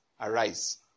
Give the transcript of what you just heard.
arise